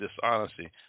dishonesty